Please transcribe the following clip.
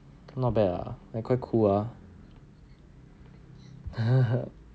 not bad ah like quite cool ah